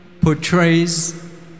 Portrays